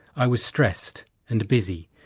i was stressed and busy,